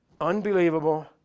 unbelievable